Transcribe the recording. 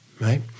right